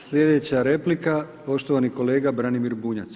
Sljedeća replika poštovani kolega Branimir Bunjac.